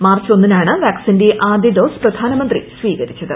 March ഒന്നിനാണ് വാക്സിന്റെ ആദ്യ ഡോസ് പ്രധാനമന്ത്രി സ്വീകരിച്ചത്